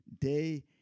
day